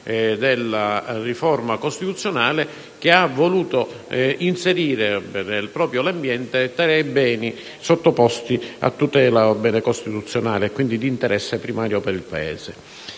della riforma costituzionale, che ha voluto inserire proprio l'ambiente tra i beni sottoposti a tutela costituzionale come interesse primario per il Paese.